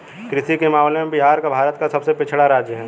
कृषि के मामले में बिहार भारत का सबसे पिछड़ा राज्य है